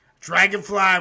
Dragonfly